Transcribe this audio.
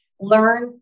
learn